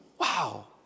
Wow